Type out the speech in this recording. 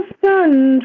done